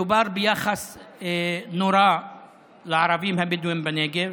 מדובר ביחס נורא לערבים הבדואים בנגב.